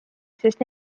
sest